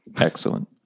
Excellent